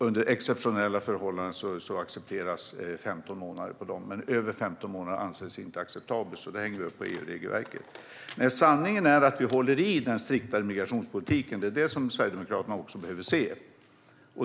Under exceptionella förhållanden accepteras 15 månader, men över 15 månader anses inte acceptabelt, så det här hänger vi alltså upp på EU-regelverket. Sanningen är att vi håller i när det gäller den striktare migrationspolitiken. Det är det som Sverigedemokraterna också behöver se.